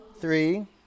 three